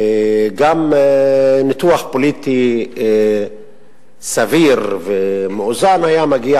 וגם ניתוח פוליטי סביר ומאוזן היה מגיע